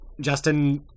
justin